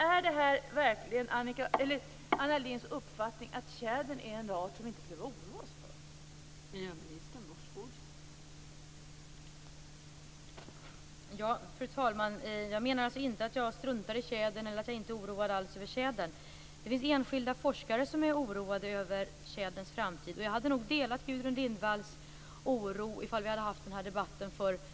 Är det verkligen Anna Lindhs uppfattning att tjädern är en art som vi inte behöver oroa oss för?